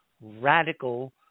radical